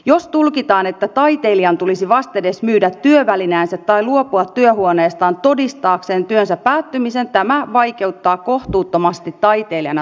jos tulkitaan että taiteilijan tulisi vastedes myydä työvälineensä tai luopua työhuoneestaan todistaakseen työnsä päättymisen tämä vaikeuttaa kohtuuttomasti taiteilijana toimimista